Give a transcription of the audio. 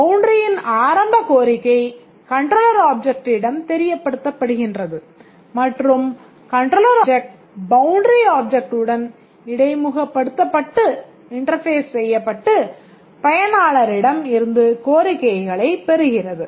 Boundaryயின் ஆரம்ப கோரிக்கை கண்ட்ரோலர் ஆப்ஜெக்ட்டிடம் தெரியப்படுத்தப்படுகின்றது மற்றும் controller object Boundary Object உடன் இடைமுகப்படுத்தப்பட்டு பயனாளரி டம் இருந்து கோரிக்கைகளைப் பெறுகிறது